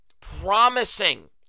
Promising